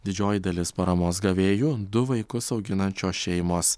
didžioji dalis paramos gavėjų du vaikus auginančios šeimos